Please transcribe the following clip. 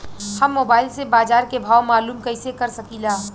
हम मोबाइल से बाजार के भाव मालूम कइसे कर सकीला?